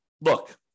look